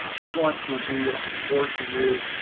we want to be a support to you.